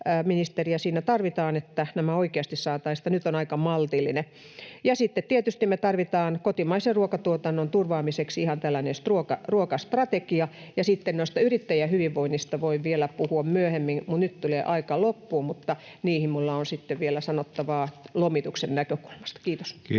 tarvitaan, että nämä oikeasti saataisiin, kun nyt on aika maltillinen. Ja sitten tietysti me tarvitaan kotimaisen ruokatuotannon turvaamiseksi ihan tällainen ruokastrategia. Sitten yrittäjien hyvinvoinnista voin vielä puhua myöhemmin, mutta nyt aika loppuu. Siihen minulla on sitten vielä sanottavaa lomituksen näkökulmasta. — Kiitos.